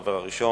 הדובר הראשון,